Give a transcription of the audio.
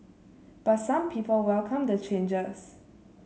but some people welcome the changes